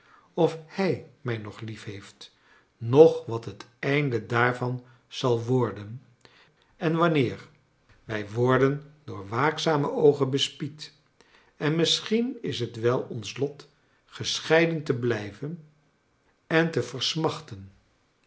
of hij mij nog lief heeft noch wat het einde daarvan zal worden en wanneer wij worden door waakzame oogen bespied en misschien is t wel ons lot gescheiden te blijven en te